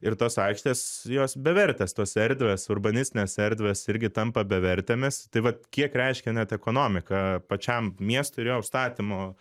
ir tos aikštės jos bevertės tos erdvės urbanistinės erdvės irgi tampa bevertėmis tai vat kiek reiškia net ekonomika pačiam miestui ir jo užstatymo